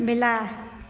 बिलाड़ि